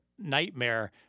Nightmare